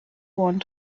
want